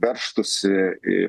veržtųsi į